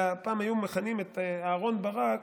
פעם היו מכנים את אהרן ברק,